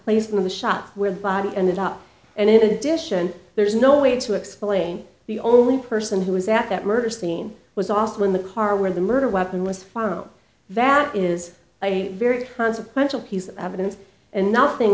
in the shop where the body ended up and in addition there's no way to explain the only person who was at that murder scene was also in the car where the murder weapon was found that is a very consequential piece of evidence and nothing